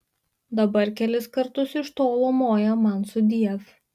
dabar kelis kartus iš tolo moja man sudiev